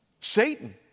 Satan